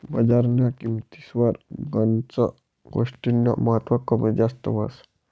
बजारन्या किंमतीस्वर गनच गोष्टीस्नं महत्व कमी जास्त व्हस